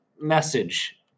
message